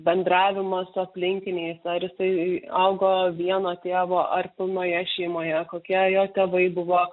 bendravimą su aplinkiniais ar jisai augo vieno tėvo ar pilnoje šeimoje kokie jo tėvai buvo